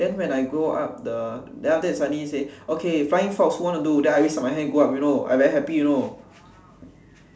then when I go up the then after that suddenly say flying fox who want to do then I raise up my hand go up know I very happy know